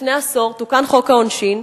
לפני עשור תוקן חוק העונשין,